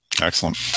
Excellent